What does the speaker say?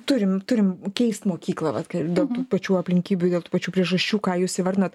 turim turim keist mokyklą vat dėl tų pačių aplinkybių dėl tų pačių priežasčių ką jūs įvardinot